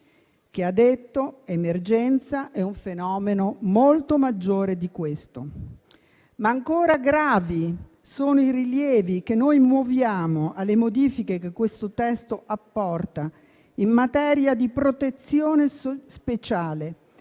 ha detto che emergenza è un fenomeno molto maggiore di questo. Ancora gravi sono i rilievi che muoviamo alle modifiche che il testo apporta in materia di protezione speciale,